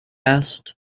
asked